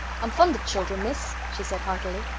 i'm fond of children, miss, she said heartily.